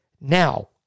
Now